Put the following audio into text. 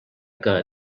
que